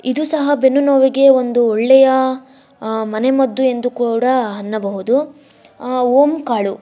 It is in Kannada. ಇದು ಸಹ ಬೆನ್ನು ನೋವಿಗೆ ಒಂದು ಒಳ್ಳೆಯ ಮನೆಮದ್ದು ಎಂದು ಕೂಡ ಹನ್ನಬಹುದು ಓಮ್ ಕಾಳು